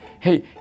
Hey